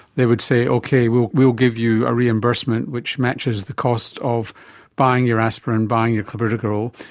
they would say okay, we'll we'll give you a reimbursement which matches the cost of buying your aspirin, buying your clopidogrel,